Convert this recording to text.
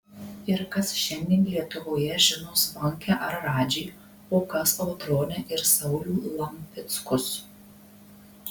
ir kas šiandien lietuvoje žino zvonkę ar radžį o kas audronę ir saulių lampickus